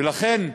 ולכן,